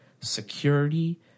security